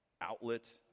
outlet